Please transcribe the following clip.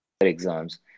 exams